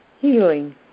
Healing